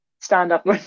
stand-up